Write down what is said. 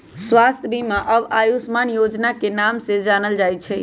स्वास्थ्य बीमा अब आयुष्मान योजना के नाम से जानल जाई छई